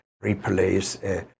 replace